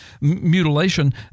mutilation